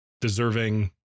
deserving